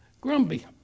Grumpy